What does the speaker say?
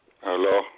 Hello